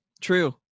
true